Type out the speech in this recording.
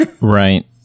Right